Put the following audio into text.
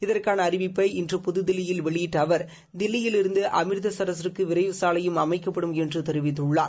இதற்கான அறிவிப்பை இன்று புதுதில்லியில் வெளியிட்ட அவர் தில்லியிலிருந்து அம்ரிட்ஸருக்கு விரைவு சாலையும் அமைக்கப்படும் என்று தெரிவித்துள்ளார்